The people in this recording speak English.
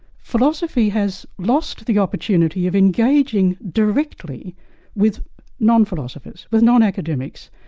philosophy has lost the opportunity of engaging directly with non-philosophers, with non-academics,